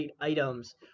items